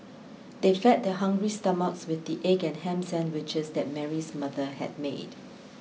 they fed their hungry stomachs with the egg and ham sandwiches that Mary's mother had made